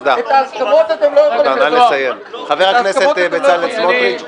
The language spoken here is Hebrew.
את ההסכמות אתם לא יכולים --- חבר הכנסת בצלאל סמוטריץ',